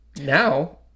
now